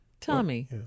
tommy